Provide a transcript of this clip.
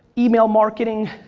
email marketing,